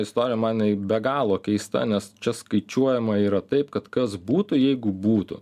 istoriją man jinai be galo keista nes čia skaičiuojama yra taip kad kas būtų jeigu būtų